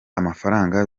amafaranga